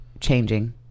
changing